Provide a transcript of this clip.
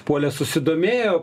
puolė susidomėjo